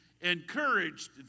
encouraged